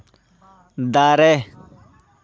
ᱫᱟᱨᱮ